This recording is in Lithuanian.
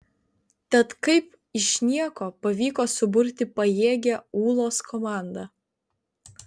tad kaip iš nieko pavyko suburti pajėgią ūlos komandą